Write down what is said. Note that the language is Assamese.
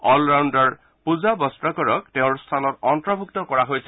অল ৰাউণ্ডাৰ পূজা ৱস্ত্ৰাকৰক তেওঁৰ স্থানত অন্তৰ্ভুক্ত কৰা হৈছে